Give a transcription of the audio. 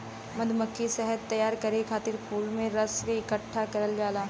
मधुमक्खी शहद तैयार करे खातिर फूल के रस के इकठ्ठा करल जाला